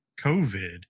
COVID